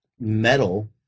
Metal